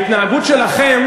ההתנהגות שלכם,